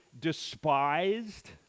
despised